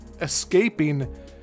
Escaping